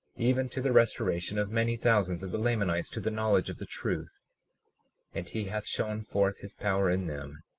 even to the restoration of many thousands of the lamanites to the knowledge of the truth and he hath shown forth his power in them,